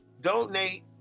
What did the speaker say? donate